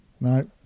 No